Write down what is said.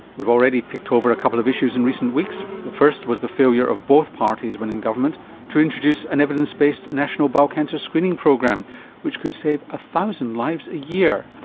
we've already picked over a couple of issues in recent weeks. the first was the failure of both parties when in government to introduce an evidence-based national bowel cancer screening program which could save a thousand lives a year.